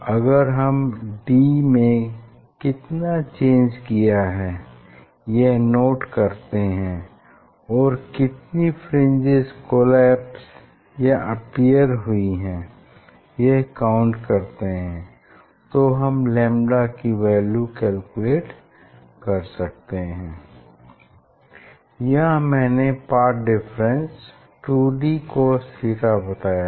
अगर हम d में कितना चेंज किया है यह नोट करते हैं और कितनी फ्रिंजेस कोलैप्स या अपीयर हुई है यह काउंट करते हैं तो हम λ की वैल्यू कैलकुलेट कर सकते हैं यहाँ मैंने पाथ डिफरेंस 2dcos थीटा बताया था